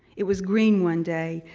it was green one day,